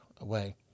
away